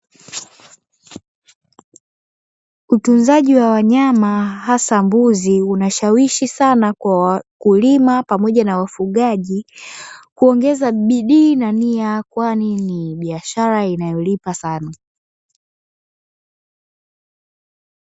Utunzaji wa wanyama hasa mbuzi, unashawishi sana kwa wakulima pamoja na wafugaji kuongeza bidii na nia kwani ni biashara inayolipa Sana.